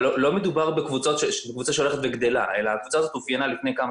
לא מדובר בקבוצה שהולכת וגדלה אלא הקבוצה הזאת אופיינה לפני כמה